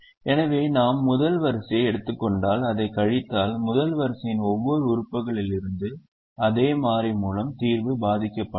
எனவே நாம் முதல் வரிசையை எடுத்துக் கொண்டால் அதைக் கழித்தால் முதல் வரிசையின் ஒவ்வொரு உறுப்புகளிலிருந்தும் அதே மாறி மூலம் தீர்வு பாதிக்கப்படாது